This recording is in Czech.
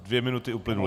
Dvě minuty uplynuly.